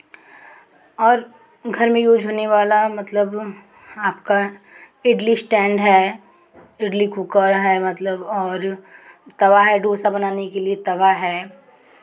और घर में यूज़ होने वाला मतलब आपका इडली इस्टैन्ड है इडली कूकर है मतलब और तवा है डोसा बनाने के लिए तवा है